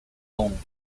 home